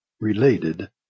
Related